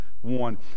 one